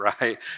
right